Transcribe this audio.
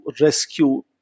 rescue